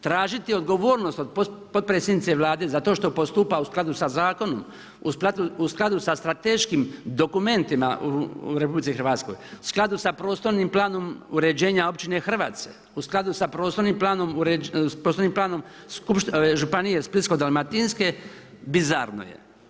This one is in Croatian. Tražiti odgovornost od potpredsjednice Vlade zato što postupa u skladu sa Zakonom, u skladu sa strateškim dokumentima u RH, u skladu sa prostornim planom uređenja općine Hrvace, u skladu sa prostornim planom županije Splitsko-dalmatinske, bizarno je.